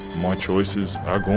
my choices are gone,